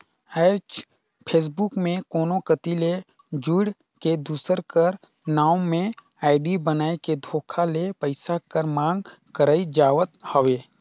आएज फेसबुक में कोनो कती ले जुइड़ के, दूसर कर नांव में आईडी बनाए के धोखा ले पइसा कर मांग करई जावत हवे